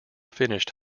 finished